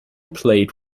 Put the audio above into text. played